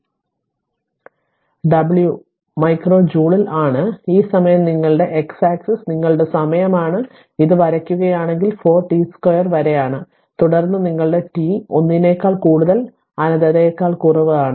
അതിനാൽ W micro ജൂളിൽ ആണ് ഈ സമയം നിങ്ങളുടെ x ആക്സിസ് നിങ്ങളുടെ സമയം ആണ് ഇത് വരയ്ക്കുകയാണെങ്കിൽ 4 t 2 വരെയാണ് തുടർന്ന് നിങ്ങളുടെ t 1 നേക്കാൾ കൂടുതൽ അനന്തതയേക്കാൾ കുറവ് ആണ്